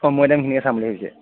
অকল মৈদামখিনিকে চাম বুলি ভাবিছে